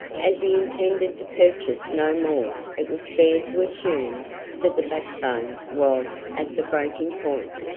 as he intended to purchase no more it was fair to assume that the backbone was at the breaking point.